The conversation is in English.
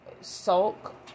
sulk